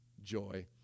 joy